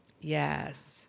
Yes